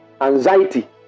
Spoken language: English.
anxiety